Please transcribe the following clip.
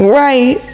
right